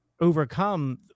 overcome